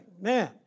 Man